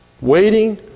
waiting